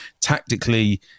tactically